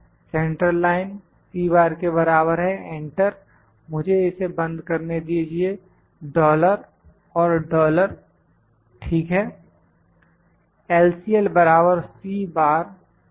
central line के बराबर है एंटर मुझे इसे बंद करने दीजिए डॉलर और डॉलर ठीक है